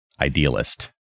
idealist